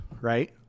right